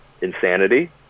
insanity